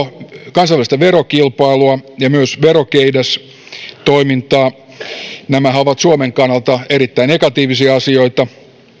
kansainvälistä verokilpailua ja myös verokeidastoimintaa nämähän ovat suomen kannalta erittäin negatiivisia asioita